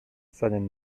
seinen